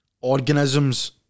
organisms